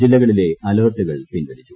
ജില്ലകളിലെ അലർട്ടുകൾ പിൻവലിച്ചു